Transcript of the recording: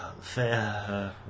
Fair